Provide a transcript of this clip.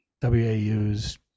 WAUs